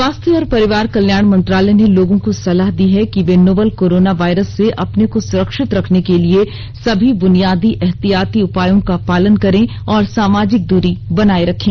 स्वास्थ्य और परिवार कल्याण मंत्रालय ने लोगों को सलाह दी है कि वे नोवल कोरोना वायरस से अपने को सुरक्षित रखने के लिए सभी बुनियादी एहतियाती उपायों का पालन करें और सामाजिक दूरी बनाए रखें